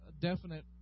definite